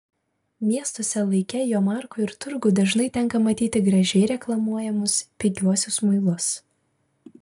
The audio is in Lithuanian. miestuose laike jomarkų ir turgų dažnai tenka matyti gražiai reklamuojamus pigiuosius muilus